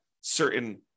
certain